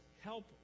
help